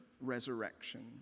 resurrection